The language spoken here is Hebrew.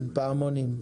מפעמונים,